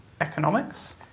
Economics